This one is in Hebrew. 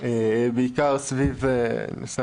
אני מנסה